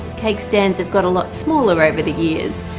cake stands have got a lot smaller over the years!